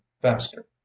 faster